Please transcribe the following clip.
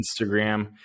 Instagram